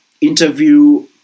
interview